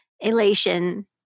elation